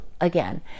again